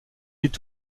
est